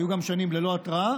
היו גם שנים ללא התראה,